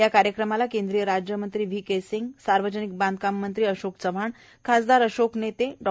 या कार्यक्रमाला केंद्रीय राज्यमंत्री व्ही के सिंग सार्वजनिक बांधकाम मंत्री अशोक चव्हाण खासदार अशोक नेते डॉ